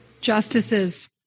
Justices